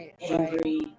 angry